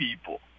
people